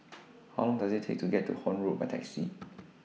How Long Does IT Take to get to Horne Road By Taxi